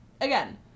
Again